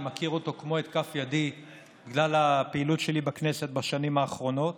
אני מכיר אותו כמו את כף ידי בגלל הפעילות שלי בכנסת בשנים האחרונות